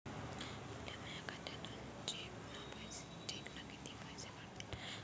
मले माया खात्यातून चेकनं कितीक पैसे काढता येईन?